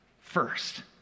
first